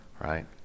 Right